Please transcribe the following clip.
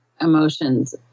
emotions